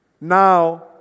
Now